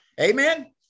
Amen